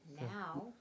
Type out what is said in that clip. Now